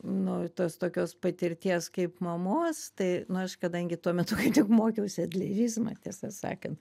nu tos tokios patirties kaip mamos tai nu aš kadangi tuo metu kaip tik mokiausi adlerizmą tiesą sakant